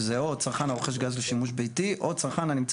שזה או צרכן הרוכש גז לשימוש ביתי או צרכן שנמצא